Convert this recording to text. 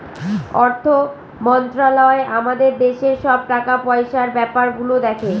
অর্থ মন্ত্রালয় আমাদের দেশের সব টাকা পয়সার ব্যাপার গুলো দেখে